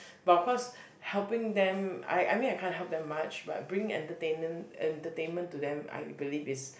but of course helping them I I mean I can't help them much but bring entertainnen~ entertainment to them I believe is